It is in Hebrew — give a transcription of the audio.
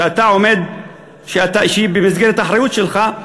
שהיא במסגרת האחריות שלך,